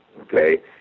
Okay